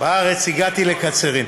בארץ הגעתי לקצרין.